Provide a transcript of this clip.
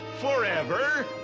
forever